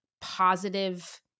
positive